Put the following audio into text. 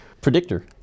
Predictor